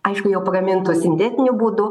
aišku jau pagamintos sintetiniu būdu